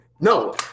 no